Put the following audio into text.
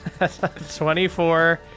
24